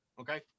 Okay